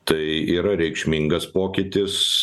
tai yra reikšmingas pokytis